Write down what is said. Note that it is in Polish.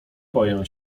boję